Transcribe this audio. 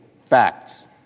facts